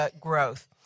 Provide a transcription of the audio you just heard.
growth